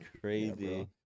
crazy